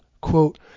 quote